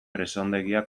presondegia